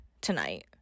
tonight